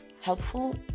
helpful